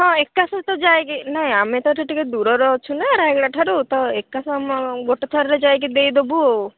ହଁ ଏକା ସହିତ ଯାଇକି ନାଇଁ ଆମେ ତ ଏଠି ଟିକିଏ ଦୂରରେ ଅଛୁନା ରାୟଗଡ଼ାଠାରୁ ତ ଏକା ସମୟ ଗୋଟେ ଥରରେ ଯାଇକି ଦେଇଦେବୁ